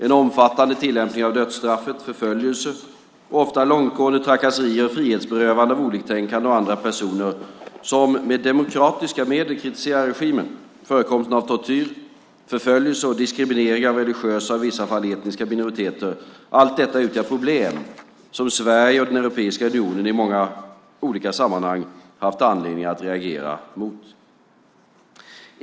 En omfattande tillämpning av dödsstraffet, förföljelse och ofta långtgående trakasserier och frihetsberövanden av oliktänkande och andra personer som med demokratiska medel kritiserar regimen, förekomsten av tortyr, förföljelse och diskriminering av religiösa och i vissa fall etniska minoriteter utgör problem som Sverige och Europeiska unionen i många olika sammanhang haft anledning att reagera mot.